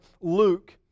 Luke